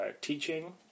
teaching